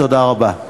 תודה רבה.